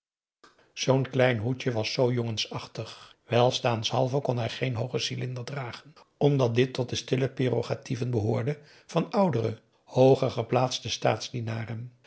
zoo'n klein hoedje was zoo jongensachtig welstaanshalve kon hij geen hoogen cylinder dragen omdat dit tot de stille prerogatieven behoorde van oudere hooger geplaatste